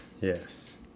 yes